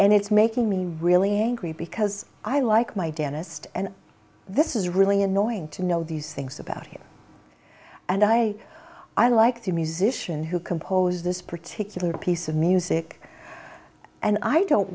and it's making me really angry because i like my dentist and this is really annoying to know these things about him and i i like the musician who composed this particular piece of music and i don't